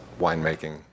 winemaking